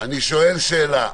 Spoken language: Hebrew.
האם יש דברים שאפשר יהיה לאשר אותם?